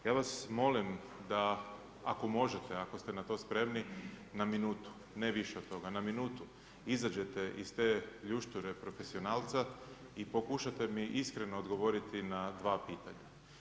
Ja vas molim da, ako možete, ako ste na to spremni, na minutu, ne više od toga, na minutu izađete iz te ljušture profesionalca i pokušate mi iskreno odgovoriti na dva pitanja.